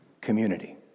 community